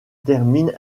termine